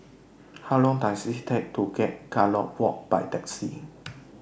How Long Does IT Take to get Gallop Walk By Taxi